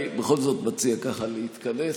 אני בכל זאת מציע ככה להתכנס.